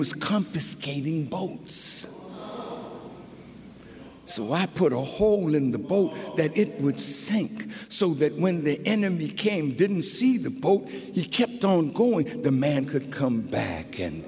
was confiscating boats so why put a hole in the boat that it would sink so that when the enemy came didn't see the pope he kept on going the man could come back and